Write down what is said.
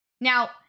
Now